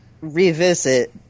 revisit